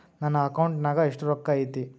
ನನ್ನ ಅಕೌಂಟ್ ನಾಗ ಎಷ್ಟು ರೊಕ್ಕ ಐತಿ?